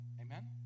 Amen